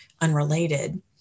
unrelated